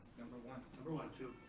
number one. number one, to